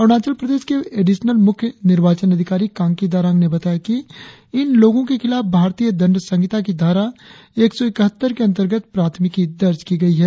अरुणाचल प्रदेश के एडिशनल मुख्य निर्वाचन अधिकारी कांकी दारांग ने बताया कि इन लोगों के खिलाफ भारतीय दंड संहिता की धारा एक सौ इकहत्तर के अंतर्गत प्राथमिकी दर्ज की गई है